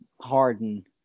harden